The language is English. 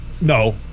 No